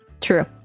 True